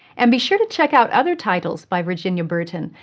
and be sure to check out other titles by virginia burton,